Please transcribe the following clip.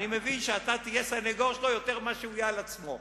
אני מבין שאתה תהיה סניגור שלו יותר ממה שהוא יהיה על עצמו.